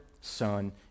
Son